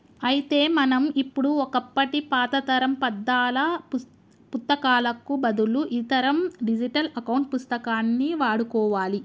అయితే మనం ఇప్పుడు ఒకప్పటి పాతతరం పద్దాల పుత్తకాలకు బదులు ఈతరం డిజిటల్ అకౌంట్ పుస్తకాన్ని వాడుకోవాలి